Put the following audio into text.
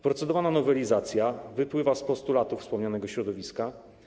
Procedowana nowelizacja wypływa z postulatów wspomnianego środowiska.